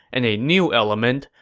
and a new element,